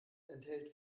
enthält